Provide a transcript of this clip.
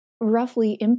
roughly